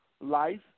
life